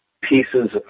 pieces